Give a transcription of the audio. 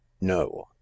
no